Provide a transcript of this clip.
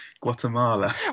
guatemala